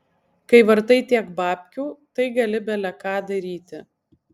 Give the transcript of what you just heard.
kai vartai tiek babkių tai gali bele ką daryti